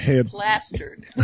plastered